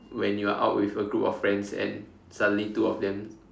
when you are out with a group of friends and suddenly two of them